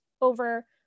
over